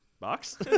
Box